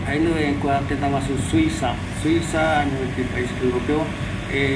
﻿Jaenungavi kua tetaguasu Suiza, Suiza jae mopeti oais europeo